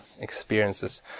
experiences